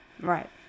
right